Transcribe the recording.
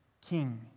king